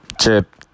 Chip